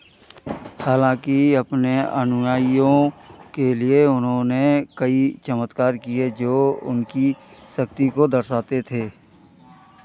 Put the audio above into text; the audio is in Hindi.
हालाँकि अपने अनुयायियों के लिए उन्होंने कई चमत्कार किए जो उनकी शक्ति को दर्शाते थे